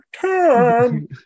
time